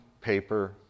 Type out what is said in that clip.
paper